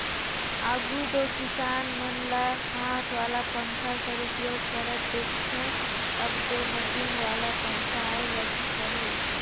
आघु दो किसान मन ल हाथ वाला पंखा कर उपयोग करत देखथे, अब दो मसीन वाला पखा आए लगिस अहे